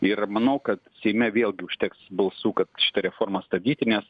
ir manau kad seime vėlgi užteks balsų kad šitą reformą stabdyti nes